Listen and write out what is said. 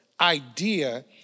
idea